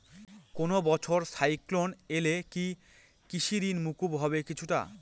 কোনো বছর সাইক্লোন এলে কি কৃষি ঋণ মকুব হবে কিছুটা?